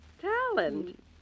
talent